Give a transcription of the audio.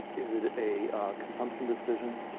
is it a consumption decision?